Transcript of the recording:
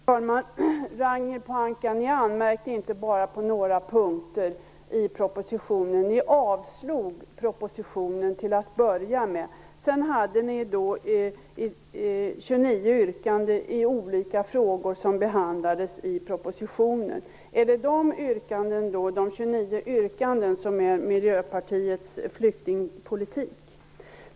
Herr talman! Ragnhild Pohanka, ni anmärkte inte bara på några punkter i propositionen, utan ni började med att yrka avslag på hela propositionen. Ni hade 29 yrkanden kring olika frågor som behandlas i propositionen. Är det de 29 yrkandena som är Miljöpartiets flyktingpolitik?